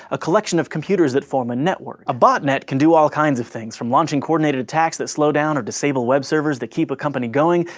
a collection of computers that form a network. a bot-net can do all kinds of things, from launching coordinated attacks that slow down or disable the web servers that keep a company going,